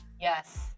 Yes